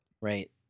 Right